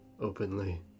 openly